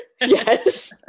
yes